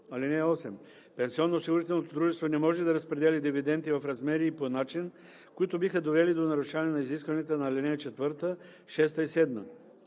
(8) Пенсионноосигурителното дружество не може да разпределя дивиденти в размери и по начин, които биха довели до нарушаване на изискванията на ал. 4, 6 и 7.